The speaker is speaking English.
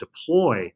deploy